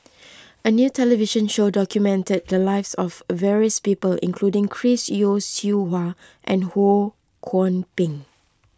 a new television show documented the lives of various people including Chris Yeo Siew Hua and Ho Kwon Ping